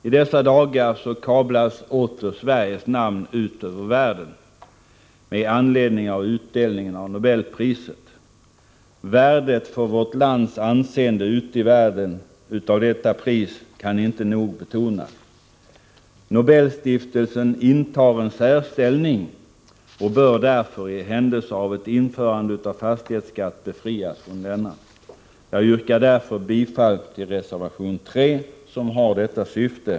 I dessa dagar kablas åter Sveriges namn ut över världen med anledning av utdelningen av Nobelpriset. Värdet för vårt lands anseende ute i världen av detta pris kan inte nog betonas. Nobelstiftelsen intar en särställning och bör därför i händelse av ett införande av fastighetsskatten befrias från denna. Jag yrkar därmed bifall till reservation 3, som har detta syfte.